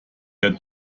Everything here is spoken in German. der